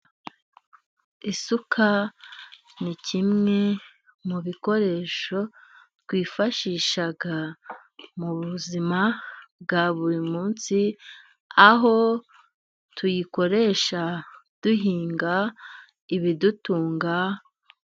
Isuka ni kimwe mu bikoresho twifashisha mu buzima bwa buri munsi, aho tuyikoresha duhinga ibidutunga.